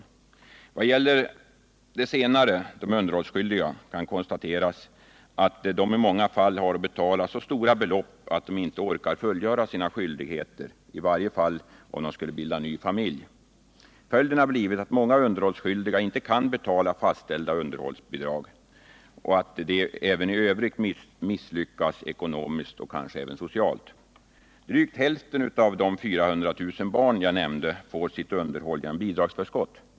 När det gäller den senare kan konstateras att underhållsskyldiga har att betala så stora belopp att de ej orkar fullgöra sina skyldigheter, i varje fall om de skulle bilda ny familj. Följden har blivit att många underhållsskyldiga inte kan betala fastställda underhållsbidrag och att de även i övrigt misslyckas ekonomiskt och kanske också socialt. Drygt hälften av de 400 000 barn jag nämnde får sitt underhåll genom bidragsförskott.